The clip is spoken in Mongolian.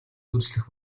дүрслэх